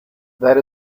that